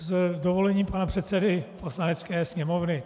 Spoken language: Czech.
S dovolením pana předsedy Poslanecké sněmovny.